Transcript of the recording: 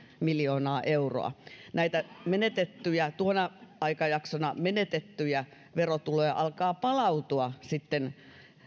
miljoonaa euroa näitä tuona aikajaksona menetettyjä verotuloja alkaa palautua sitten